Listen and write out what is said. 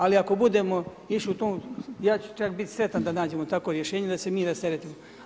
Ali, ako budemo išli u tom, ja ću čak biti sretan da nađemo takvo rješenje, da se mi rasteretimo.